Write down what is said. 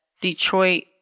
Detroit